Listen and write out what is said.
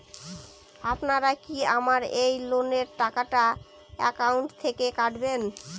আপনারা কি আমার এই লোনের টাকাটা একাউন্ট থেকে কাটবেন?